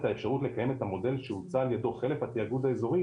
האפשרות לקיים את המודל שהוצע על ידו חלק התאגוד האזורי